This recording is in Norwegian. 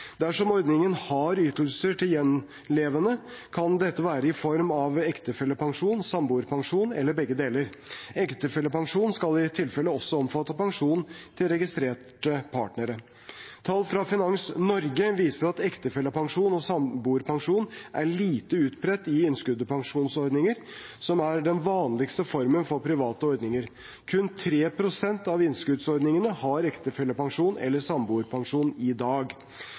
Dersom ordningen har ytelser til gjenlevende, kan dette være i form av ektefellepensjon, samboerpensjon eller begge deler. Ektefellepensjon skal i tilfelle også omfatte pensjon til registrerte partnere. Tall fra Finans Norge viser at ektefellepensjon og samboerpensjon er lite utbredt i innskuddspensjonsordninger, som er den vanligste formen for private ordninger. Kun 3 pst. av innskuddsordningene har ektefellepensjon eller samboerpensjon i dag.